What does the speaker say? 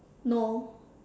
no